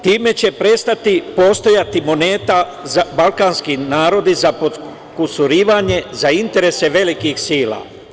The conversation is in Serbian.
Time će prestati postojati moneta za balkanske narode za potkusirivanje za interese velikih sila.